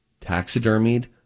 taxidermied